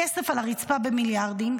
כסף על הרצפה במיליארדים,